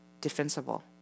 defensible